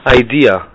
idea